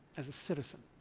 as a citizen.